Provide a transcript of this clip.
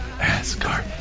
Asgard